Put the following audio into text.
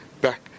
back